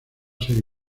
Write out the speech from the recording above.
ser